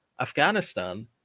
afghanistan